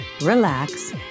relax